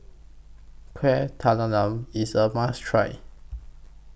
Kueh IS A must Try